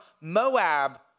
Moab